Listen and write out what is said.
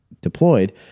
deployed